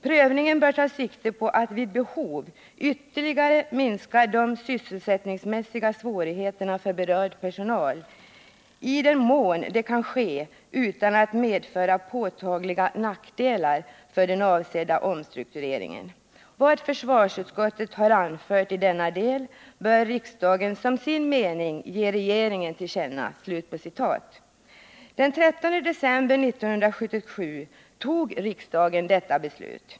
Prövningen bör ta sikte på att vid behov ytterligare minska de sysselsättningsmässiga svårigheterna för berörd personal, i den mån det kan ske utan att medföra påtagliga nackdelar för den avsedda omstruktureringen. Vad försvarsutskottet har anfört i denna del bör riksdagen som sin mening ge regeringen till känna.” Den 13 december 1977 beslöt riksdagen anta detta uttalande.